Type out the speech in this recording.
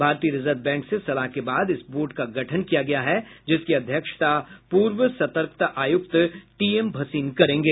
भारतीय reserve bank से सलाह के बाद इस बोर्ड का गठन किया गया है जिसकी अध्यक्षता पूर्व सतर्कता आयुक्त टी एम भसीन करेंगे